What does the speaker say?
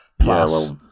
plus